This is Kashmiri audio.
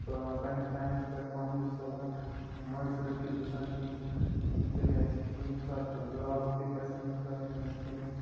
پَنٕنِس ٹایمَس پٮ۪ٹھ پانَے حظ چلان منٛزٕ نہٕ رُکِتھ گژھان کِہیٖںۍ ییٚمہِ سۭتۍ نہٕ اَسہِ کُنہِ ساتہٕ زَلالتھ پَے پَژھیٚن منٛز کَرٕنۍ حظ کِہیٖنۍ